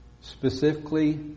specifically